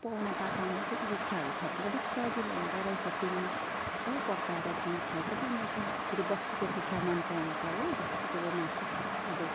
पाहुना पात आउँदा चाहिँ त्यो कुखुराहरू छ भने चाहिँ अलिक सजिलो हुँदारहेछ फेरि हो पकाएर दिनु सजिलो हुँदारहेछ फेरि बस्तीको कुखुरा मन पराउँछ हो बस्तीको मासु अब